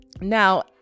Now